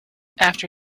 after